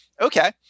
okay